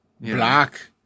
Black